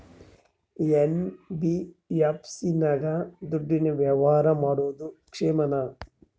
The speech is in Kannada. ಎನ್.ಬಿ.ಎಫ್.ಸಿ ನಾಗ ದುಡ್ಡಿನ ವ್ಯವಹಾರ ಮಾಡೋದು ಕ್ಷೇಮಾನ?